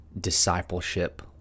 discipleship